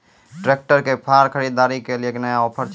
Tractor के फार खरीदारी के लिए नया ऑफर छ?